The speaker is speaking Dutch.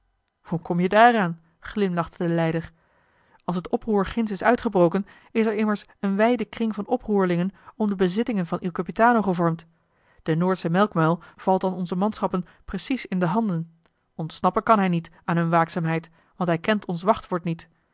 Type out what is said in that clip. hoe kom-je daaraan glimlachte de leider als het oproer ginds is uitgebroken is er immers een wijde kring van oproerlingen om de bezittingen van il capitano gevormd de noordsche melkmuil valt dan onzen manschappen precies in de handen ontsnappen kan hij niet aan hun waakzaamheid want hij kent ons wachtwoord niet